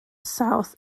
south